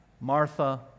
Martha